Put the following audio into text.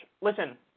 Listen